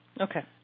Okay